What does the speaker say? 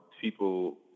people